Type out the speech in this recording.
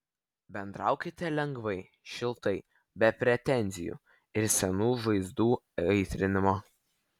bendraukite lengvai šiltai be pretenzijų ir senų žaizdų aitrinimo